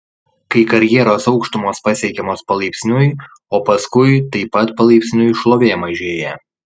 kai karjeros aukštumos pasiekiamos palaipsniui o paskui taip pat palaipsniui šlovė mažėja